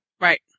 Right